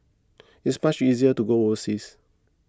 it's much easier to go overseas